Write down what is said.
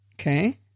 Okay